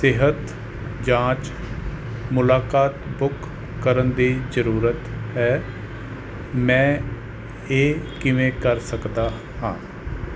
ਸਿਹਤ ਜਾਂਚ ਮੁਲਾਕਾਤ ਬੁੱਕ ਕਰਨ ਦੀ ਜ਼ਰੂਰਤ ਹੈ ਮੈਂ ਇਹ ਕਿਵੇਂ ਕਰ ਸਕਦਾ ਹਾਂ